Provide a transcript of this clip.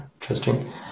interesting